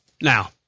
now